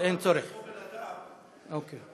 כשתבוא לבוש כמו בן-אדם נתאפק.